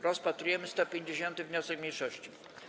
Rozpatrujemy 156. wniosek mniejszości.